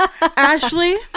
Ashley